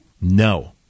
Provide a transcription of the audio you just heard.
No